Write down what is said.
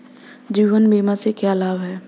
जीवन बीमा से क्या लाभ हैं?